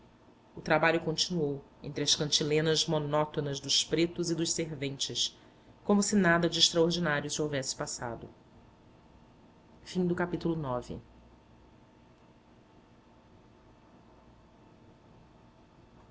o trabalho continuou entre as cantilenas monótonas dos pretos e dos serventes como se nada de extraordinário se houvesse passado